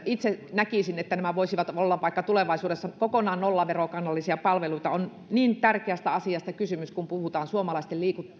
itse näkisin että nämä voisivat olla vaikka tulevaisuudessa kokonaan nollaverokannallisia palveluita on niin tärkeästä asiasta kysymys kun puhutaan suomalaisten